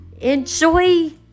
enjoy